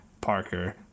Parker